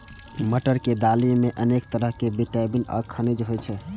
मटर के दालि मे अनेक तरहक विटामिन आ खनिज होइ छै